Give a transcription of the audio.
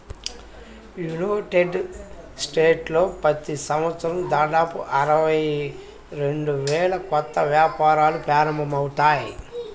United స్టేట్స్లో ప్రతి సంవత్సరం దాదాపు అరవై రెండు వేల కొత్త వ్యాపారాలు ప్రారంభమవుతాయి